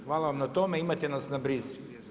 Hvala vam na tome, imajte nas na brizi.